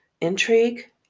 intrigue